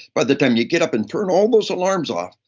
by the time you get up and turn all those alarms off,